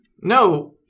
No